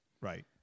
right